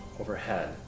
overhead